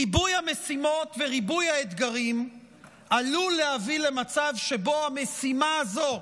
ריבוי המשימות וריבוי האתגרים עלול להביא למצב שבו המשימה הזו,